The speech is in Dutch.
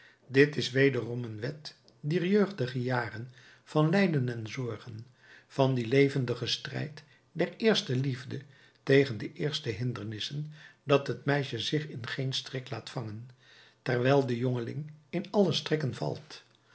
dit is wederom een wet dier jeugdige jaren van lijden en zorgen van dien levendigen strijd der eerste liefde tegen de eerste hindernissen dat het meisje zich in geen strik laat vangen terwijl de jongeling in alle strikken valt